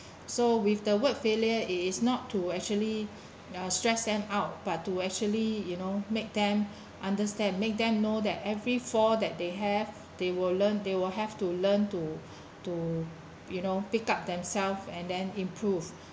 so with the word failure is not to actually uh stress them out but to actually you know make them understand make them know that every fall that they have they will learn they will have to learn to to you know pick up themselves and then improve